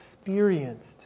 experienced